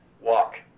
walk